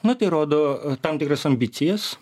na tai rodo tam tikras ambicijas